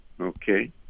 Okay